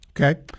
Okay